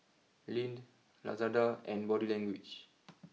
Lindt Lazada and Body Language